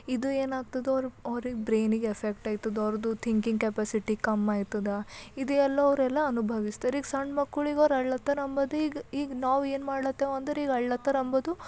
ಇದು ಏನಾಗ್ತದೆ ಅವ್ರಿಗೆ ಬ್ರೈನಿಗೆ ಎಫೆಕ್ಟ್ ಆಯ್ತದ ಅವ್ರದ್ದು ಥಿಂಕಿಂಗ್ ಕೆಪ್ಯಾಸಿಟಿ ಕಮ್ಮಿ ಆಯ್ತದ ಇದು ಎಲ್ಲ ಅವ್ರು ಎಲ್ಲ ಅನುಭವಿಸ್ತಾರೆ ಈಗ ಸಣ್ಣ ಮಕ್ಕಳಿಗೆ ಅವ್ರು ಅಳ್ತಾವ್ರೆ ಅಂಬೋದು ಈಗ ನಾವು ಏನು ಮಾಡ್ಲತ್ತೇವೆ ಅಂದರೆ ಅಳತಾವ್ರು ಅಂಬೋದು